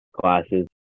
classes